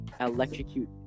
electrocute